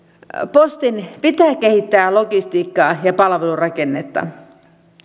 postin pitää kehittää logistiikkaa ja palvelurakennetta